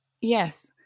yes